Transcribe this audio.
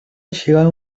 llevaban